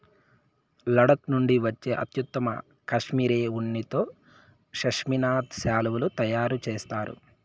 లడఖ్ నుండి వచ్చే అత్యుత్తమ కష్మెరె ఉన్నితో పష్మినా శాలువాలు తయారు చేస్తారు